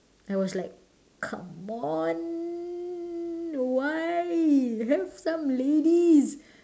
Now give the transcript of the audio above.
I was like come on why have some ladies